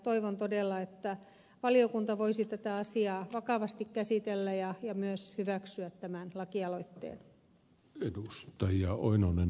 toivon todella että valiokunta voisi tätä asiaa vakavasti käsitellä ja myös hyväksyä tämän lakialoitteen